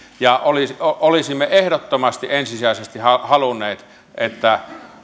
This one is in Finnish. ja olisimme ehdottomasti ensisijaisesti halunneet että